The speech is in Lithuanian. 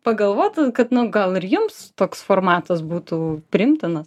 pagalvotų kad nu gal ir jums toks formatas būtų priimtinas